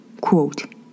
Quote